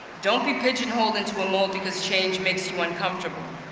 don't be pigeonholed into a mole because change makes you uncomfortable.